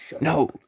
No